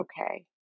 okay